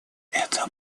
это